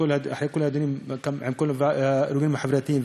אחרי כל הדיונים עם הארגונים החברתיים,